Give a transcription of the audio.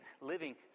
living